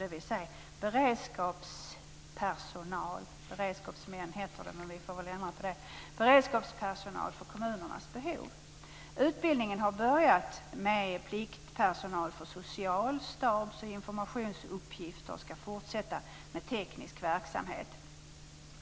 De som det gäller kallas beredskapsmän - även om deras benämning borde ändras till beredskapspersonal - för kommunernas behov. Utbildningen har börjat vad gäller pliktpersonal för sociala uppgifter och för stabs och informationsuppgifter, och den skall fortsätta vad gäller teknisk verksamhet.